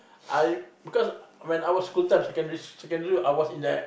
I because when I was school time secondary secondary I was in the